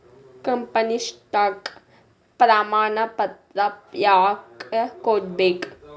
company stock ಪ್ರಮಾಣಪತ್ರ ಯಾಕ ಕೊಡ್ಬೇಕ್